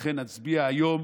לכן נצביע היום